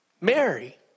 Mary